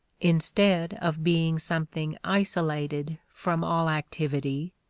instead of being something isolated from all activity,